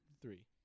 Three